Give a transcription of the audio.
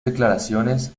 declaraciones